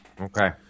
Okay